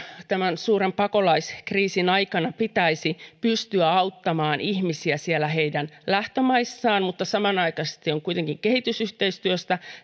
tämän suuren pakolaiskriisin aikana pitäisi pystyä auttamaan ihmisiä siellä heidän lähtömaissaan mutta samanaikaisesti on kuitenkin kehitysyhteistyöstä